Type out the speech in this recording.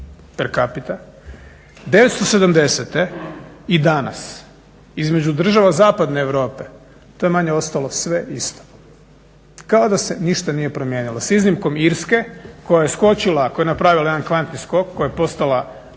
per capita, 1970.i danas između država zapadne Europe to je manje ostalo sve isto, kao da se ništa nije promijenilo s iznimno Irske koja je skočila koja je napravila jedan kvantni skok koja je postala